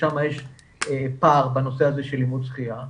ששם יש פער בנושא הזה של לימוד שחייה,